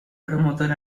promotor